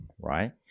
right